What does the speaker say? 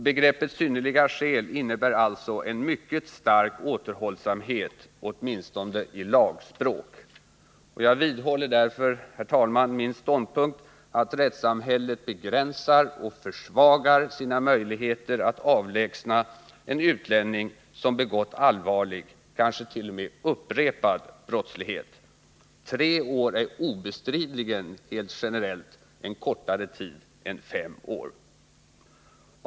Begreppet synnerliga skäl innebär alltså en mycket stark återhållsamhet, åtminstone i lagspråk. Jag vidhåller därför, herr talman, min ståndpunkt att rättssamhället begränsar och försvagar sina möjligheter att avlägsna en utlänning som begått allvarlig, kanske t.o.m. upprepad brottslighet. Tre år är obestridligen generellt en kortare tid än fem år.